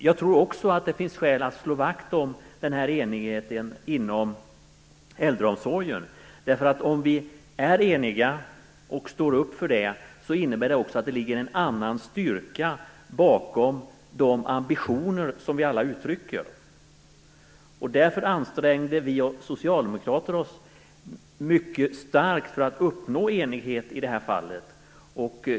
Jag tror också att det finns skäl att slå vakt om den här enigheten inom äldreomsorgen, därför att om vi är eniga och står upp för det innebär det också att det ligger en annan styrka bakom de ambitioner som vi alla uttrycker. Därför ansträngde vi socialdemokrater oss mycket starkt för att uppnå enighet i detta fall.